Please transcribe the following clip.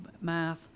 math